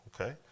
okay